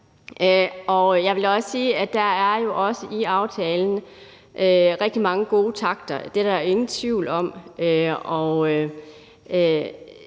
Og jeg vil da også sige, at der i aftalen jo er rigtig mange gode takter – det er der ingen tvivl om.